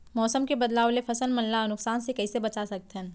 मौसम के बदलाव ले फसल मन ला नुकसान से कइसे बचा सकथन?